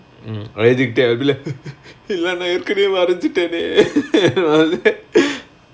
mm addicted I'll be like இல்லனா இருக்குறதே மறைச்சிட்டேனே:illana irukurathe marachitaenae